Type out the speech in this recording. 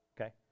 Okay